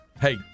hey